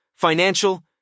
financial